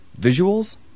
visuals